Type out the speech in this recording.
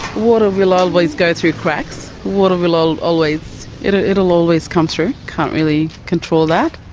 water will always go through cracks. water will um always. it'll it'll always come through can't really control that.